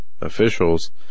Officials